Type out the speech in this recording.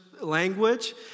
language